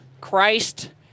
Christ